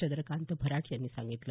चंद्रकांत भराट यांनी सांगितलं